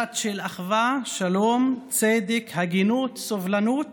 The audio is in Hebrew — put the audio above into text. דת של אחווה, שלום, צדק, הגינות, סובלנות